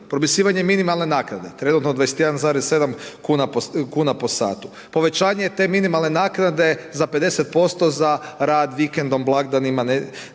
Propisivanje minimalne naknade trenutno 21,7 kuna po satu. Povećanje te minimalne naknade za 50% za rad vikendom, blagdanima